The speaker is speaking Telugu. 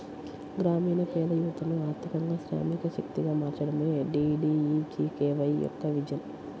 గ్రామీణ పేద యువతను ఆర్థికంగా శ్రామిక శక్తిగా మార్చడమే డీడీయూజీకేవై యొక్క విజన్